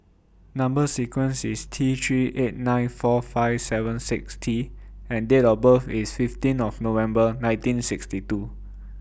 Number sequence IS T three eight nine four five seven six T and Date of birth IS fifteen of November nineteen sixty two